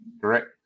Correct